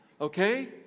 okay